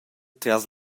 tras